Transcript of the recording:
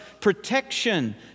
protection